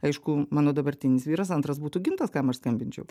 aišku mano dabartinis vyras antras būtų gintas kam aš skambinčiau